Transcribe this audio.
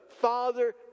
Father